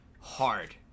hard